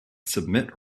submit